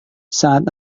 saat